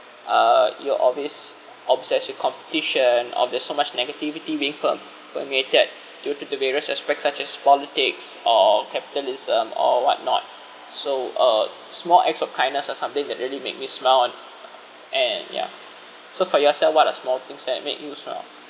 uh you are always obsessed with competition or there's so much negativity being perm~ permeated due to the various aspects such as politics or capitalism or what not so a small acts of kindness that's something that really make me smile on and ya so for yourself what are small things that make you smile